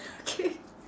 okay